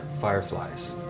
fireflies